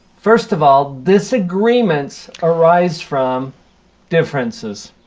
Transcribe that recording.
first of all, disagreements arise from differences.